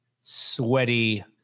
sweaty